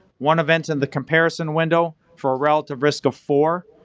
one event in the comparison window, for a relative risk of four,